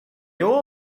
all